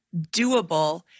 doable